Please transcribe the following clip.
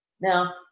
now